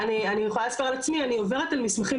אני כבר נהייתי באמת עם חצי מהדיפלומה הרפואית,